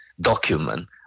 document